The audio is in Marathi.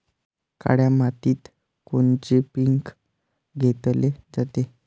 काळ्या मातीत कोनचे पिकं घेतले जाते?